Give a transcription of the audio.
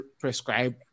prescribe